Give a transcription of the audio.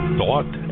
thought